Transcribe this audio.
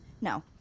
No